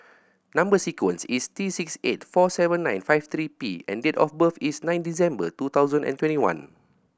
number sequence is T six eight four seven nine five three P and date of birth is nine December two thousand and twenty one